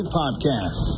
podcast